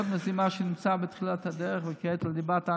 עוד מזימה שנמצאת בתחילת הדרך ועוקרת את ליבת עם